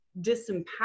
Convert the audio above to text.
disempowered